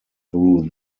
through